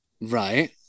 right